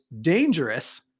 dangerous